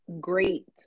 great